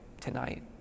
tonight